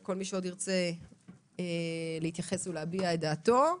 כל מי שעוד ירצה להתייחס ולהביע את דעתו.